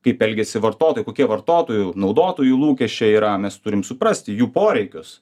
kaip elgiasi vartotojai kokie vartotojų naudotojų lūkesčiai yra mes turim suprasti jų poreikius